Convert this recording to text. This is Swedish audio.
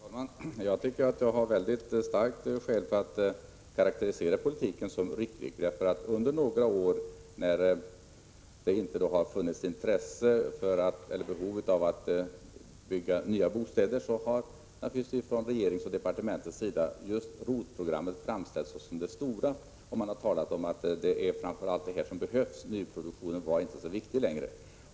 Herr talman! Jag tycker jag har starka skäl för att karakterisera politiken som ryckig. Under några år när det inte har funnits intresse för eller behov av att bygga nya bostäder har från regeringens och departementets sida just ROT-programmet framställts som det stora. Man har sagt att det var framför allt detta som behövdes. Nyproduktionen var inte lika viktig längre.